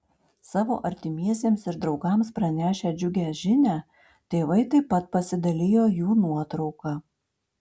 savo artimiesiems ir draugams pranešę džiugią žinią tėvai taip pat pasidalijo jų nuotrauka